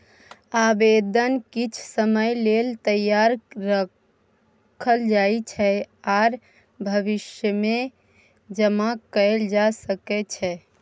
आबेदन किछ समय लेल तैयार राखल जाइ छै आर भविष्यमे जमा कएल जा सकै छै